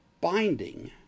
binding